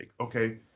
Okay